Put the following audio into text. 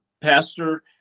Pastor